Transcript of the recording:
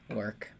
work